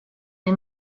nel